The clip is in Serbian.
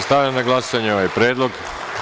Stavljam na glasanje ovaj predlog.